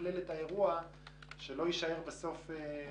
לתכלל את האירוע שלא יישאר כאירוע לא פתור,